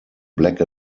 black